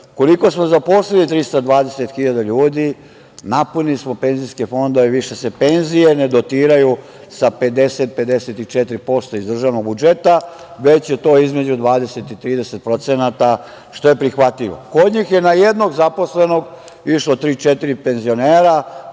smo zaposlili 320 hiljada ljudi napunili smo penzijske fondove. Više se penzije ne dotiraju sa 50, 54% iz državnog budžeta, već je to između 20 i 30%, što je prihvatljivo. Kod njih je na jednog zaposlenog išlo tri, četiri